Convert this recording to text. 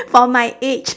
for my age